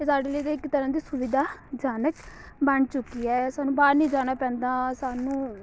ਇਹ ਸਾਡੇ ਲਈ ਤਾਂ ਇੱਕ ਤਰ੍ਹਾਂ ਦੀ ਸੁਵਿਧਾਜਨਕ ਬਣ ਚੁੱਕੀ ਹੈ ਸਾਨੂੰ ਬਾਹਰ ਨਹੀਂ ਜਾਣਾ ਪੈਂਦਾ ਸਾਨੂੰ